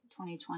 2020